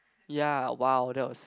ya !wow! that was